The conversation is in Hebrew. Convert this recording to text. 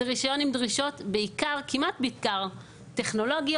זה רישיון עם דרישות בעיקר כמעט בעיקר טכנולוגיות,